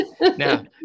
Now